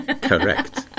correct